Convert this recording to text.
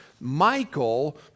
Michael